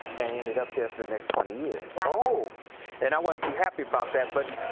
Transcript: and ended up there for the next twenty years. so and i wasn't too happy about that. but